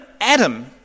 Adam